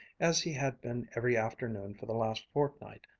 as he had been every afternoon for the last fortnight,